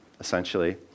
essentially